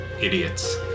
idiots